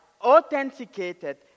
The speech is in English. authenticated